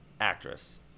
actress